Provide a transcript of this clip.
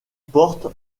porte